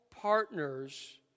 partners